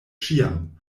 ĉiam